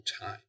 time